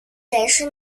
też